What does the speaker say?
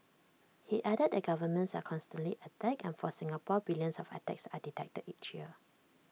he added the governments are constantly attacked and for Singapore billions of attacks are detected each year